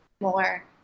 more